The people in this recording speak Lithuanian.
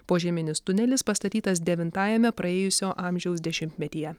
požeminis tunelis pastatytas devintajame praėjusio amžiaus dešimtmetyje